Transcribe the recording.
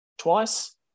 twice